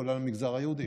כולל המגזר היהודי.